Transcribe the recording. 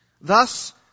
Thus